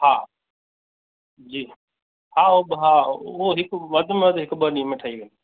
हा जी हा हू ॿ हा उहो हिकु वध में वधि हिकु ॿ ॾींहं में ठही वेंदो